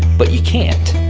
but you can't.